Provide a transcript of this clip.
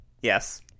Yes